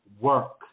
work